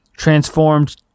transformed